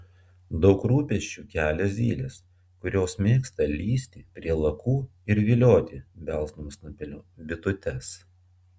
daug rūpesčių kelia zylės kurios mėgsta lįsti prie lakų ir vilioti belsdamos snapeliu bitutes